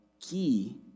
key